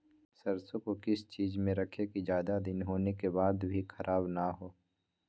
सरसो को किस चीज में रखे की ज्यादा दिन होने के बाद भी ख़राब ना हो?